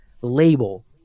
label